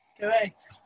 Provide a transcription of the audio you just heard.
Correct